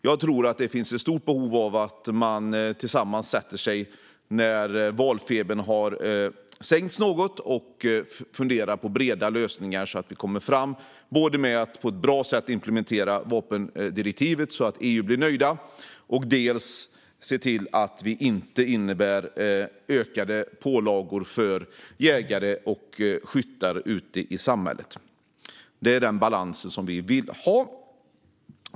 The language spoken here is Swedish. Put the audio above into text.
Jag tror att det finns ett stort behov av att man tillsammans sätter sig ned när valfebern har sänkts något och funderar på breda lösningar så att vi kommer fram med att implementera vapendirektivet på ett bra sätt så att EU blir nöjt. Det ska heller inte innebära ökade pålagor för jägare och skyttar ute i samhället. Det är den balansen som vi vill ha.